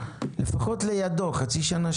לפחות לידו חצי שנה,